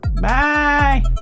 Bye